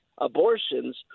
abortions